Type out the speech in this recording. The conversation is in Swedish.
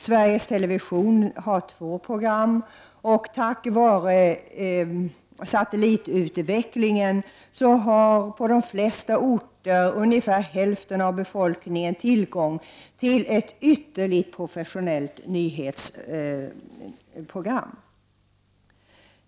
Sveriges Television har två program, och tack vare satellitutvecklingen har på de flesta orter ungefär hälften av befolkningen tillgång till ett ytterligt professionellt nyhetsprogram.